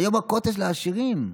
היום הקוטג' לעשירים.